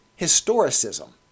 historicism